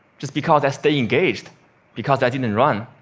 just because i stayed engaged because i didn't and run.